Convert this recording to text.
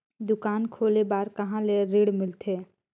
दुकान खोले बार कहा ले ऋण मिलथे?